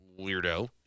weirdo